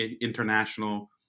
international